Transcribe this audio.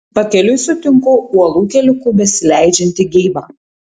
pakeliui sutinku uolų keliuku besileidžiantį geibą